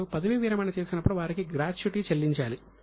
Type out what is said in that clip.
వారు పదవీ విరమణ చేసినప్పుడు వారికి గ్రాట్యుటీ చెల్లించాలి